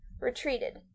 retreated